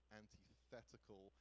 antithetical